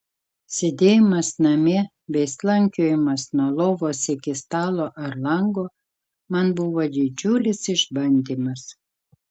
sėdėjimas namie bei slankiojimas nuo lovos iki stalo ar lango man buvo didžiulis išbandymas